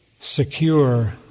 secure